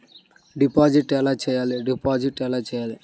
Deposit ఎలా చెయ్యాలి?